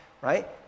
right